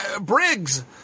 Briggs